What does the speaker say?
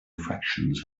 fractions